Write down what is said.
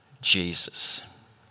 Jesus